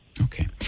okay